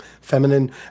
feminine